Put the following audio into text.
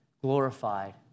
glorified